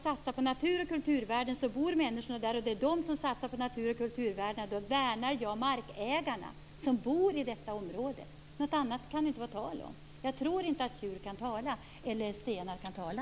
Det är de människor som bor i områdena som satsar på natur och kulturvärdena. Då värnar jag markägarna som bor i detta område. Något annat kan det inte vara tal om. Jag tror inte att djur eller stenar kan tala.